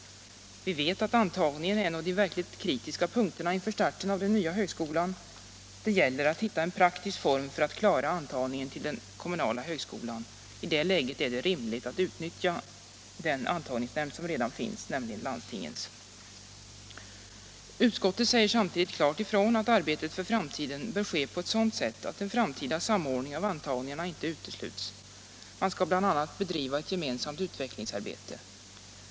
Vi vet att antagningen är en av de verkligt kritiska punkterna inför starten av den nya högskolan. Det gäller därför att hitta en praktisk form för att klara antagningen till den kommunala högskolan. I det läget är det rimligt att utnyttja den antagningsnämnd som redan finns, nämligen landstingens. Utskottet säger samtidigt klart ifrån att arbetet för framtiden bör ske . på ett sådant sätt att en framtida samordning av antagningarna inte utesluts. Man skall bl.a. bedriva ett gemensamt utvecklingsarbete.